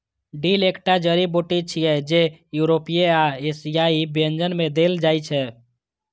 dill एकटा जड़ी बूटी छियै, जे यूरोपीय आ एशियाई व्यंजन मे देल जाइ छै